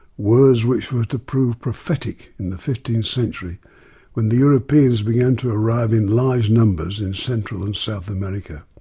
words which were to prove prophetic in the fifteenth century when the europeans began to arrive in large numbers in central and south america.